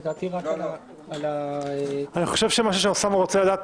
לדעתי רק על --- אני חושב שמה שאוסאמה רוצה לדעת,